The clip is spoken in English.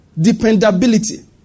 Dependability